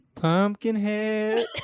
Pumpkinhead